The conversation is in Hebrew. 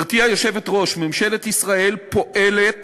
גברתי היושבת-ראש, ממשלת ישראל פועלת